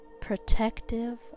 protective